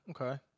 okay